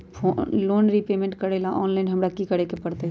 Loan repayment करेला online हमरा की करे के परतई?